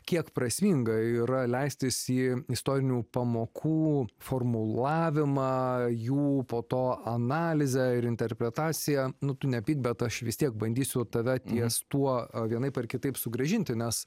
kiek prasminga yra leistis į istorinių pamokų formulavimą jų po to analizę ir interpretaciją nu tu nepyk bet aš vis tiek bandysiu tave ties tuo vienaip ar kitaip sugrąžinti nes